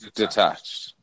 detached